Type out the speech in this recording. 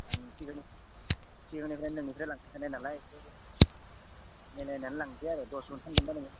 आं सिगांनो सिगांनिफ्राय नोंनिफ्रायनो लांबाय थानाय नालाय एसे मिलायनानै लांनोसै आरो दस मन फानगोनबा नोङो